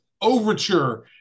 Overture